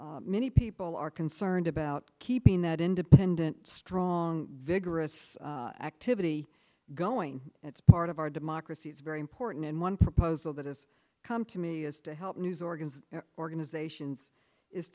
many people are concerned about keeping that independent strong vigorous activity going that's part of our democracy is very important and one proposal that has come to me is to help news organs organizations is